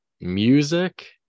music